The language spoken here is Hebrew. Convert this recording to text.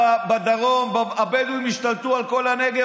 בדרום הבדואים השתלטו על כל הנגב,